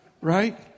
right